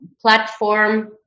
platform